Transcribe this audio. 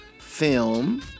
film